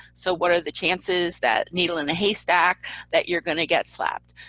so what are the chances that needle in a haystack that you're going to get slapped?